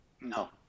No